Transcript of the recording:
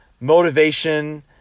motivation